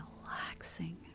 relaxing